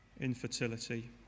infertility